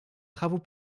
travaux